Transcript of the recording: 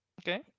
Okay